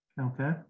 Okay